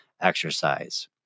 Exercise